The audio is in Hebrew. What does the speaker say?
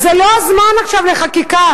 אז זה לא הזמן עכשיו לחקיקה.